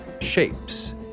shapes